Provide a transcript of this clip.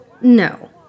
No